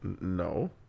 no